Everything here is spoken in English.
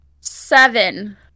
Seven